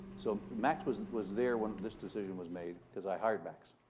so, max was was there when this decision was made because i hired max.